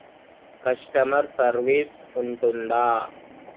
Customer service ఉంటుందా?